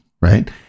right